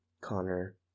Connor